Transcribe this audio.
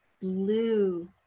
blue